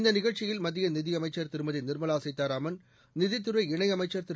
இந்த நிகழ்ச்சியில் மத்திய நிதியமைச்சர் திருமதி நிர்மலா சீதாராமன் நிதித்துறை இணையமைச்சர் திரு